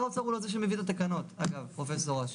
שר האוצר הוא לא זה שמביא את התקנות, פרופ' אש.